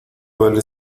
vale